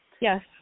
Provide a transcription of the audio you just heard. Yes